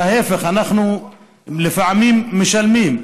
ההפך, אנחנו לפעמים משלמים.